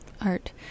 art